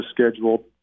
scheduled